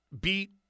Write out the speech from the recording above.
beat